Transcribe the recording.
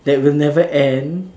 that will never end